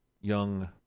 young